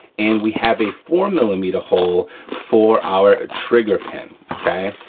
and we have a four millimeter hole for our trigger pin, okay.